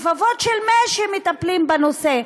בכפפות של משי מטפלים בנושא.